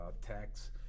text